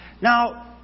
Now